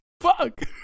Fuck